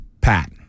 Pat